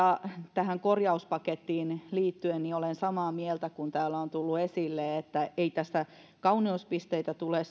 tähän korjauspakettiin liittyen olen samaa mieltä kuin mitä täällä on tullut esille että ei tästä kauneuspisteitä tule